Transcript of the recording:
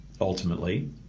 ultimately